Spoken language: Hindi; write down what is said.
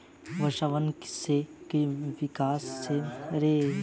वर्षावनों के विनाश से मृदा स्थिरता पर प्रतिकूल प्रभाव हो रहा है